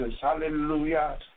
Hallelujah